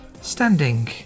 standing